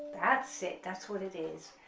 that's it, that's what it is.